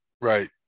Right